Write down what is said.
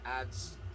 Ads